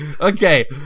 Okay